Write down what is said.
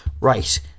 Right